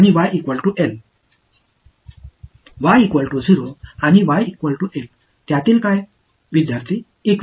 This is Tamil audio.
மாணவர்இகியுபொடன்டியல் இது ஒரு இகியுபொடன்டியல் எனவே எல்லா இடங்களிலும் நான் கம்பியின் எந்த புள்ளியை எடுத்தாலும் 1 மின்னழுத்தம் இருக்கும்